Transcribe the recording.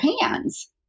hands